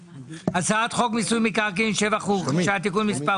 הצעת חוק מיסוי מקרקעין (שבח ורכישה) (תיקון מס'